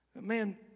Man